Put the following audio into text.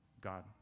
God